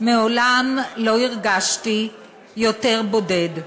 "מעולם לא הרגשתי יותר בודד,